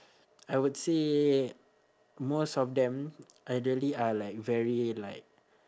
I would say most of them elderly are like very like